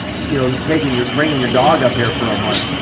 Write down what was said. you know taking your. bringing your dog up here for a month.